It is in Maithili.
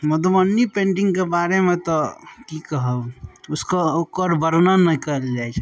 मधुबनी पेन्टिंगके बारेमे तऽ की कहब ओकर बर्णन नहि कयल जाय